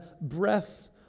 breath